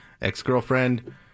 ex-girlfriend